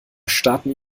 starten